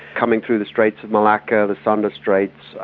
coming through the straits of malacca, the sunda straits,